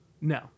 No